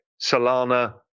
Solana